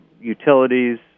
utilities